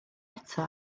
eto